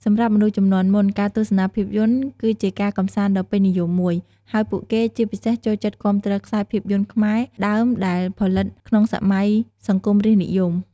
សម្រាប់មនុស្សជំនាន់មុន ការទស្សនាភាពយន្តគឺជាការកម្សាន្តដ៏ពេញនិយមមួយ ហើយពួកគេជាពិសេសចូលចិត្តគាំទ្រខ្សែភាពយន្តខ្មែរដើមដែលផលិតក្នុងសម័យសង្គមរាស្ត្រនិយម។